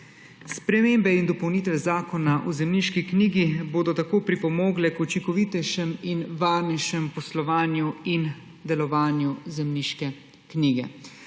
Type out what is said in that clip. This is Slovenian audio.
Spremembe in dopolnitve Zakona o zemljiški knjigi bodo tako pripomogle k učinkovitejšemu in varnejšemu poslovanju in delovanju zemljiške knjige.